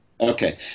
Okay